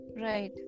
right